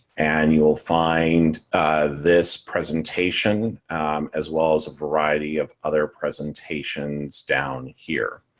and you'll find this presentation as well as a variety of other presentations down here.